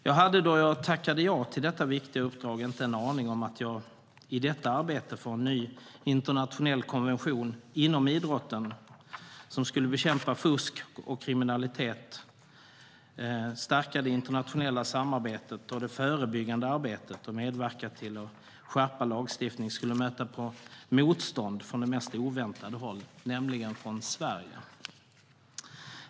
Jag hade, då jag tackade ja till detta viktiga uppdrag, inte en aning om att jag i detta arbete - för en ny internationell konvention inom idrotten som skulle bekämpa fusk och kriminalitet, stärka det internationella samarbetet och det förebyggande arbetet och medverka till att skärpa lagstiftningen - skulle möta på motstånd från det mest oväntade håll, nämligen från Sverige.